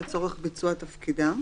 לצורך ביצוע תפקידם,